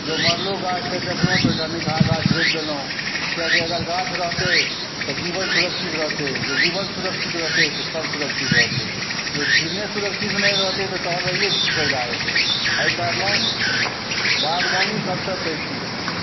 जँ मरलो गाछके देखलहुँ तऽ ओहिठाम निकहा गाछ रोपि देलहुँ कियाकि अगर गाछ रहतै तऽ जीवन सुरक्षित रहतै जँ जीवन सुरक्षित रहतै तऽ सब सुरक्षित रहतै जँ जिवने सुरक्षित नहि रहतै तऽ तहन रहिए कऽ की फाइदा हेतै एहि कारणे बागवानी सबसँ पैघ चीज छिए